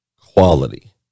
quality